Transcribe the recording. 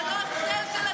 אתה אפילו לא הצל של עצמך.